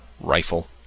rifle